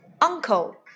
Uncle